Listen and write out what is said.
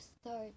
start